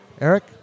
Eric